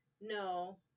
no